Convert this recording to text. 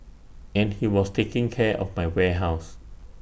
and he was taking care of my warehouse